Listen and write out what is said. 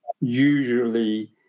usually